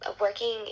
working